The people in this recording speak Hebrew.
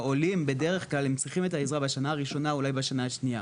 העולים בדרך כלל הם צריכים את העזרה בשנה הראשונה אולי בשנה השנייה.